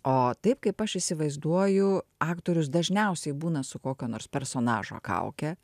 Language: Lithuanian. o taip kaip aš įsivaizduoju aktorius dažniausiai būna su kokio nors personažo kauke